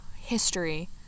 history